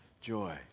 joy